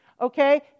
Okay